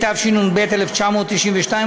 התשנ"ב 1992,